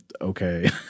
okay